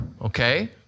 Okay